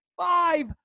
Five